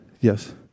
Yes